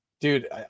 Dude